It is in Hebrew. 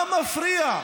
מה מפריע?